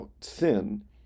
sin